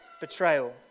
betrayal